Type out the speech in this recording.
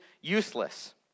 useless